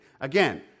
Again